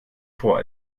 vor